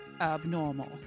Abnormal